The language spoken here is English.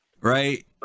right